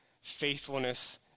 faithfulness